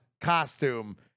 costume